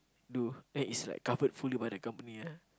do then it's like covered fully by the company ah